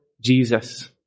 Jesus